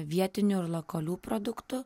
vietinių ir lokalių produktų